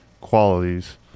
qualities